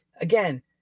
again